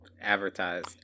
advertised